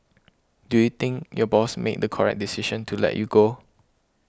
do you think your boss made the correct decision to let you go